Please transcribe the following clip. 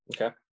Okay